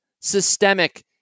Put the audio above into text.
systemic